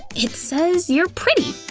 it says you're pretty.